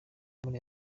muri